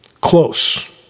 Close